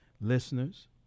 listeners